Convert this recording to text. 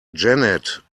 janet